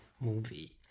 movie